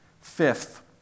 Fifth